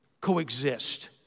coexist